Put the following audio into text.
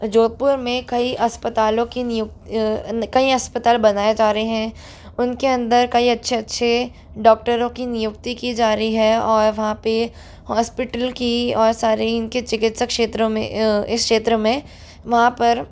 जोधपुर में कई अस्पतालों की कई अस्पताल बनाए जा रहे हैं उनके अंदर कई अच्छे अच्छे डॉक्टरों की नियुक्ति की जा रही है और वहाँ पे हॉस्पिटल की और सारी इनके चिकित्सक क्षेत्रों में इस क्षेत्र में वहाँ पर